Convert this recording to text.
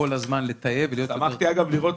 כל הזמן לתעד -- שמחתי לראות,